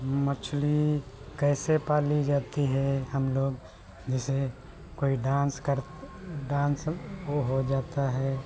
मछली कैसे पाली जाती है हमलोग जैसे कोई डान्स कर डान्स वह हो जाता है